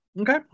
okay